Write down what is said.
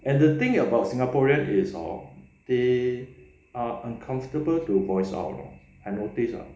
and the thing about singaporean is hor they are uncomfortable to voice out lor I noticed ah